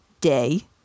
Day